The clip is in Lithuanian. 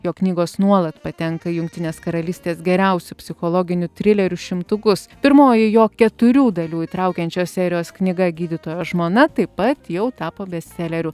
jo knygos nuolat patenka į jungtinės karalystės geriausių psichologinių trilerių šimtukus pirmoji jo keturių dalių įtraukiančios serijos knyga gydytojo žmona taip pat jau tapo bestseleriu